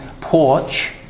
porch